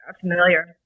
familiar